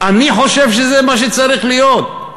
אני חושב שזה מה שצריך להיות.